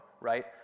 right